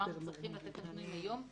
אמרנו שצריכים לתת מה שיש היום.